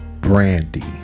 Brandy